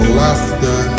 laughter